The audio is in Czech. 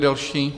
Další